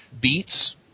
Beets